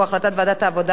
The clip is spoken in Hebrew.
והוא החלטת ועדת העבודה,